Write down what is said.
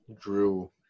Drew